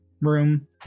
room